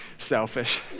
Selfish